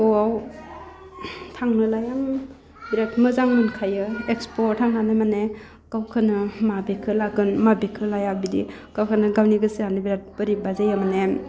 इक्सप'वाव थांनोलाइ आं बेराद मोजां मोनखायो इक्सप'वाव थांनानै माने गावखौनो माबेखौ लागोन माबेखौ लाया बिदि गावखौनो गावनि गोसोआनो बेराद बोरैबा जायो मानि